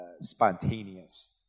spontaneous